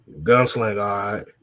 Gunslinger